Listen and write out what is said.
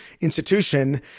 institution